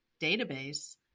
database